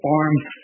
arms